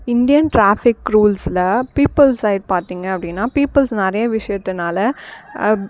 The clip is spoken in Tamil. இண்டியன் ட்ராஃபிக் ரூல்ஸுல் பீப்புள் சைட் பார்த்தீங்க அப்படின்னா பீப்புள்ஸ் நிறைய விஷயத்துனால அப்போ